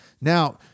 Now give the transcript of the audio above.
Now